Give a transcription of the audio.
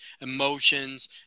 emotions